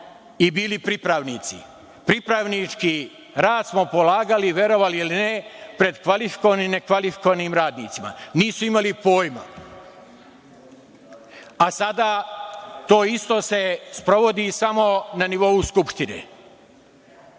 i bili pripravnici. Pripravnički rad smo polagali, verovali ili ne, pred kvalifikovanim i nekvalifikovanim radnicima. Nisu imali pojma. Sada to isto se sprovodi, samo na nivou Skupštine. Doduše,